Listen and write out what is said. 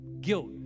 guilt